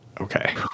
Okay